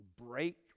break